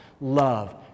Love